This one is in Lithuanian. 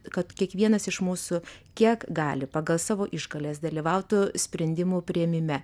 kad kiekvienas iš mūsų kiek gali pagal savo išgales dalyvautų sprendimų priėmime